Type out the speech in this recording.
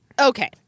Okay